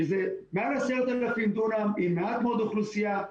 שזה מעל 10,000 דונם עם מעט מאוד אוכלוסייה,